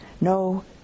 No